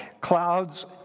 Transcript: clouds